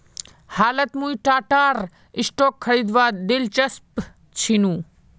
हालत मुई टाटार स्टॉक खरीदवात दिलचस्प छिनु